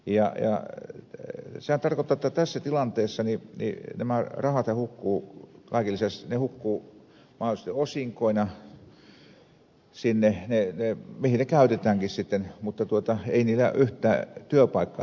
sehän tarkoittaa että tässä tilanteessa nämä rahat hukkuu kaiken lisäksi mahdollisesti osinkoihin mihin ne käytetäänkin sitten mutta ei niillä yhtään työpaikkaa tulla synnyttämään